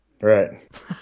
Right